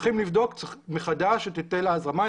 וצריכים לבדוק מחדש את היטל ההזרמה.